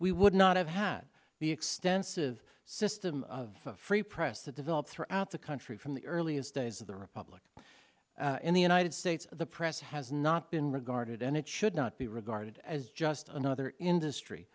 we would not have had the extensive system of free press that developed throughout the country from the earliest days of the republic in the united states the press has not been regarded and it should not be regarded as just another industry